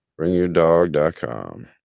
Bringyourdog.com